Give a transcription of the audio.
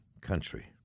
Country